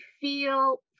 feel